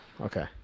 okay